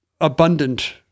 abundant